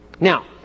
Now